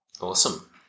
awesome